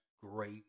great